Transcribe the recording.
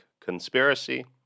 conspiracy